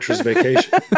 vacation